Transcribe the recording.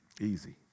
Easy